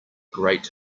great